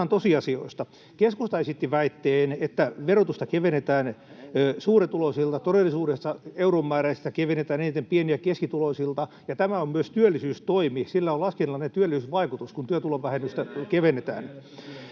Keskusta esitti väitteen, että verotusta kevennetään suurituloisilta. Todellisuudessa euromääräisesti kevennetään eniten pieni- ja keskituloisilta. Tämä on myös työllisyystoimi. Sillä on laskennallinen työllisyysvaikutus, kun työtulovähennystä kevennetään.